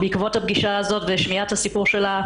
בעקבות הפגישה הזאת ושמיעת הסיפור שלה,